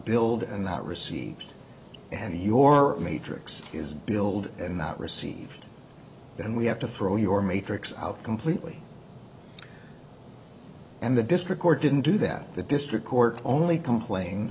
billed and not received and your matrix is billed and not received then we have to throw your matrix out completely and the district court didn't do that the district court only complain